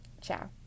Ciao